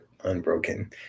unbroken